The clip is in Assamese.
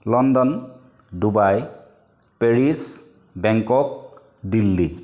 London Dubai Paris Bangkok Delhi